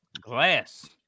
glass